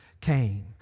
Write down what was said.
came